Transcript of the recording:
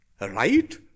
right